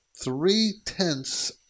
Three-tenths